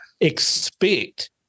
expect